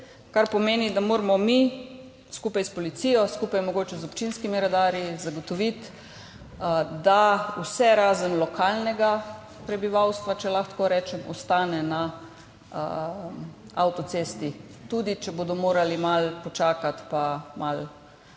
kar pomeni, da moramo mi skupaj s policijo, skupaj mogoče z občinskimi redarji zagotoviti, da vse, razen lokalnega prebivalstva, če lahko tako rečem, ostane na avtocesti, tudi če bodo morali malo počakati pa malo